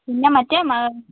പിന്നെ മറ്റേ